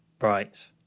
Right